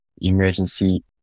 emergency